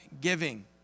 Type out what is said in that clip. giving